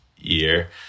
year